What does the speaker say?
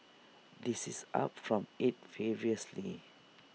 this is up from eight previously